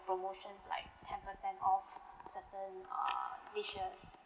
promotions like ten percent off certain err dishes